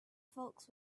folks